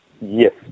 Yes